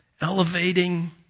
elevating